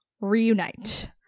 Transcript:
reunite